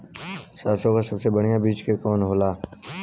सरसों क सबसे बढ़िया बिज के कवन होला?